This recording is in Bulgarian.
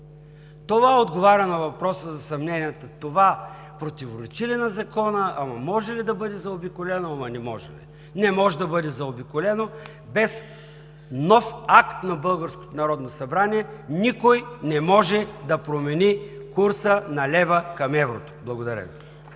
Това отговаря на въпроса за съмненията: това противоречи ли на Закона, може ли да бъде заобиколено, не може ли? Не може да бъде заобиколено, без нов акт на българското Народно събрание никой не може да промени курса на лева към еврото. Благодаря Ви.